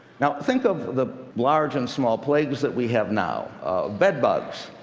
now think of the large and small plagues that we have now bed bugs,